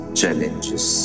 challenges